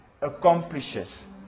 accomplishes